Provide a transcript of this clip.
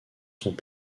sont